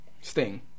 Sting